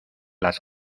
las